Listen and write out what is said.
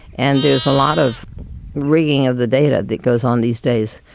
and there's a lot of rigging of the data that goes on these days.